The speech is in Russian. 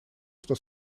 что